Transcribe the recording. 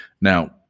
Now